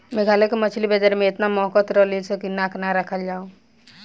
मेघालय के मछली बाजार में एतना महकत रलीसन की नाक ना राखल जाओ